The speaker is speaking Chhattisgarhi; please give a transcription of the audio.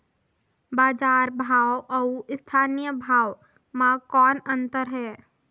बजार भाव अउ स्थानीय भाव म कौन अन्तर हे?